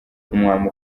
nk’umwami